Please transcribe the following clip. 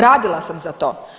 Radila sam za to.